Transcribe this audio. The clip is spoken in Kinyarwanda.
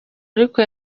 ariko